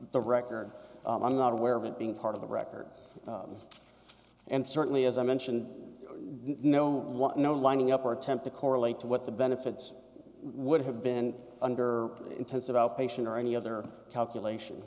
the record i'm not aware of it being part of the record and certainly as i mentioned no one no lining up or attempt to correlate to what the benefits would have been under intensive outpatient or any other calculation